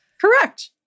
Correct